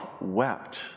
wept